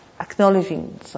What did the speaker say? acknowledging